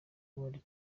bari